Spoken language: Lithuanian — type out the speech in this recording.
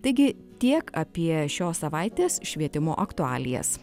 taigi tiek apie šios savaitės švietimo aktualijas